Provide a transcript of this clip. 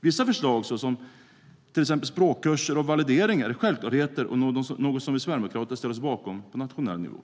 Vissa förslag, till exempel språkkurser och valideringar, är självklarheter och något som vi sverigedemokrater ställer oss bakom på nationell nivå.